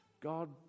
God